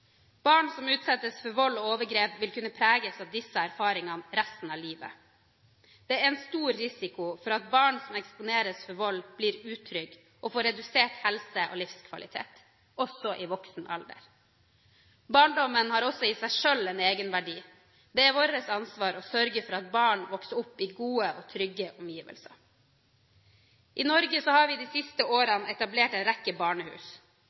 Barn som utsettes for vold og overgrep, vil kunne preges av disse erfaringene resten av livet. Det er stor risiko for at barn som eksponeres for vold, blir utrygge og får redusert helse og livskvalitet – også i voksen alder. Barndommen har også i seg selv en egenverdi. Det er vårt ansvar å sørge for at barn vokser opp i gode og trygge omgivelser. I Norge har vi de siste årene etablert en rekke barnehus.